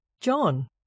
john